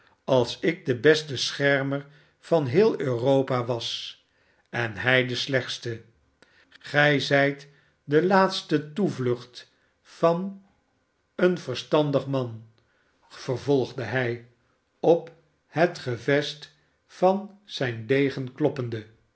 als ik de beste schermer van geheel europa was en hij de slechtste gij zijt de laatste toevlucht van een verstandig man vervolgde hij op het gevest van zijn degen kloppende